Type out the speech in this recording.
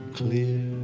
clear